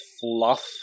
fluff